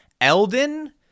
Elden